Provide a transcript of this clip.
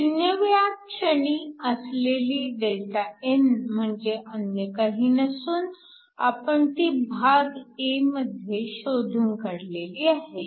0 व्या क्षणी असलेली Δn म्हणजे अन्य काही नसून आपण ती भाग a मध्ये शोधून काढलेली आहे